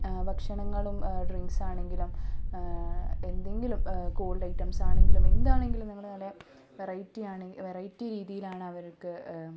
ഭക്ഷണങ്ങളും ഡ്രിങ്ക്സ് ആണെങ്കിലും എന്തെങ്കിലും കോൾഡ് ഐറ്റംസ് ആണെങ്കിലും എന്താണെങ്കിലും ഞങ്ങൾ നല്ല വെറൈറ്റി ആണെങ്കിൽ വെറൈറ്റി രീതിയിലാണ് അവർക്ക്